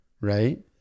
Right